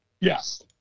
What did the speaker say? Yes